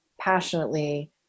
passionately